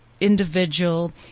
individual